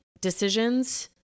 decisions